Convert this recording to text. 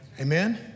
Amen